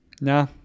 Nah